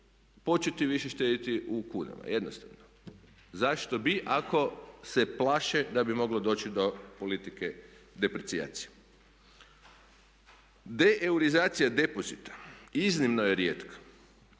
početi više štedjeti u kunama, jednostavno. Zašto bi ako se plaše da bi moglo doći do politike deprecijacije. Deeuroizacija depozita iznimno je rijetka.